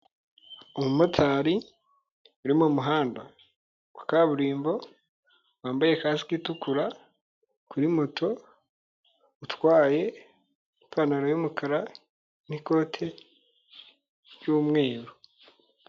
Umumotari uri mumuhanda wa kaburimbo wambaye kasike itukura kuri moto utwaye ipantaro y'umukara n'ikote ry'umweru.